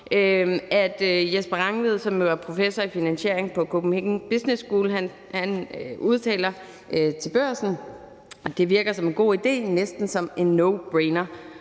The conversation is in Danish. Jesper Rangvid, som er professor i finansiering på Copenhagen Business School, udtaler til FINANS: »Det virker som en god idé - næsten som en no brainer.